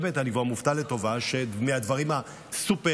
באמת אני כבר מופתע לטובה מהדברים הסופר-אלמנטריים,